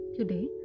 Today